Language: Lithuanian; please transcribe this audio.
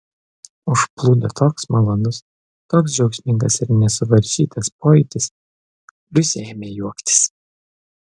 užplūdo toks malonus toks džiaugsmingas ir nesuvaržytas pojūtis liusė ėmė juoktis